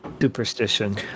superstition